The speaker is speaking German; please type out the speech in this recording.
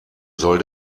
soll